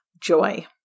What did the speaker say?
joy